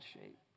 shape